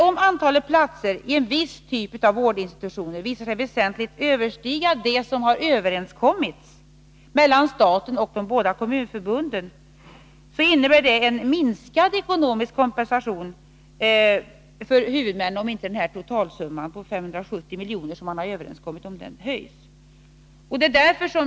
Om antalet platser i en viss typ av vårdinstitutioner visar sig väsentligt överstiga vad som har överenskommits mellan staten och de båda kommunförbunden, innebär det en minskad ekonomisk kompensation för Nr 153 huvudmännen, om inte den totala summa på 570 miljoner som man kommit Onsdagen den överens om höjs.